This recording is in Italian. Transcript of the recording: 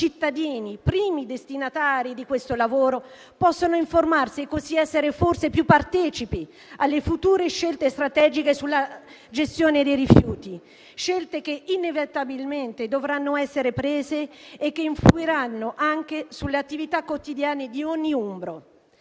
primi destinatari di questo lavoro, possano informarsi e così essere forse più partecipi delle future scelte strategiche sulla gestione dei rifiuti; scelte che, inevitabilmente, dovranno essere fatte e che influiranno anche sulle attività quotidiane di ogni umbro.